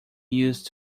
used